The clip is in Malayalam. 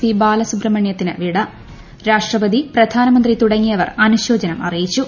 പി ബാലസുബ്രഹ്മണൃത്തിന് വിട രാഷ്ട്രപതി പ്രധാനമന്ത്രി തുടങ്ങിയവർ അനുശോചനം അറിയിച്ചു